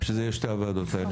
שזה יהיה שתי הועדות האלה.